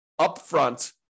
upfront